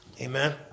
Amen